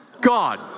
God